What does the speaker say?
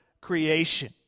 creation